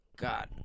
God